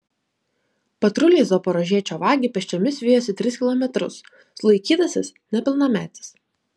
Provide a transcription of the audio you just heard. patruliai zaporožiečio vagį pėsčiomis vijosi tris kilometrus sulaikytasis nepilnametis